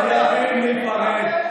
חייבים להיפרד,